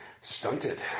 stunted